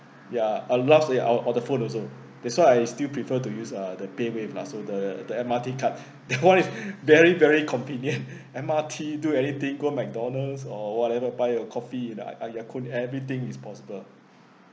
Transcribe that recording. ya a loss ya or or the phone also that's why I still prefer to use uh the paywave lah so the the M_R_T card that [one] very very convenient M_R_T to anything go McDonald's or whatever buy your coffee in uh ah Ya Kun everything is possible